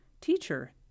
Teacher